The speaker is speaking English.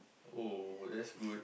oh that's good